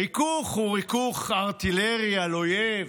ריכוך הוא ריכוך ארטילרי על אויב,